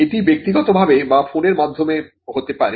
এটি ব্যক্তিগতভাবে বা ফোনের মাধ্যমে হতে পারে